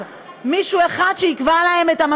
חברים,